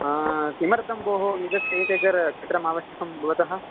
किमर्थं भोः इदम् एक् एकर् क्षेत्रम् आवश्यकं भवतः